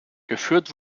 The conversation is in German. geführt